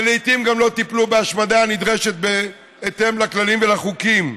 ולעיתים גם לא טיפלו בהשמדה הנדרשת בהתאם לכללים ולחוקים.